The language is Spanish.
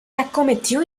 acometió